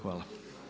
Hvala.